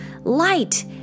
light